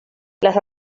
las